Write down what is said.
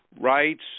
rights